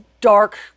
dark